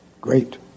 Great